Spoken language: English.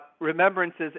remembrances